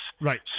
Right